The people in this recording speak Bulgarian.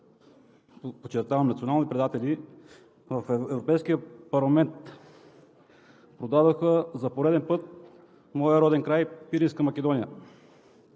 подчертавам – национални предатели! – в Европейския парламент продадоха за пореден път моя роден край Пиринска Македония